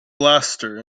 blaster